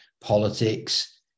politics